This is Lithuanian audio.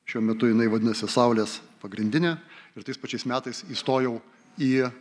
šiuo metu jinai vadinasi saulės pagrindinė ir tais pačiais metais įstojau į